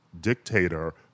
dictator